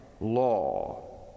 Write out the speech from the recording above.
law